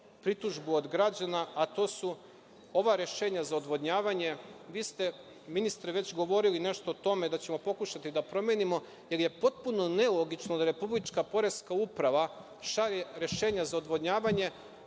pritužbu od građana, a to su ova rešenja za odvodnjavanje. Vi ste, ministre, već govorili nešto o tome da ćemo pokušati da promenimo, jer je potpuno nelogično da Republička poreska uprava šalje rešenja za odvodnjavanje,